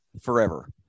forever